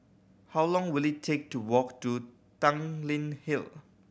how long will it take to walk to Tanglin Hill